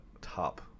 top